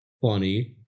funny